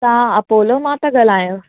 तव्हां अपोलो मां था ॻाल्हायो